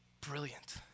brilliant